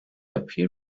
appear